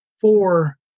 four